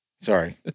sorry